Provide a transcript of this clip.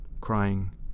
crying